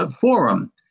forum